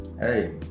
hey